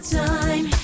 time